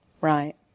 Right